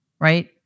right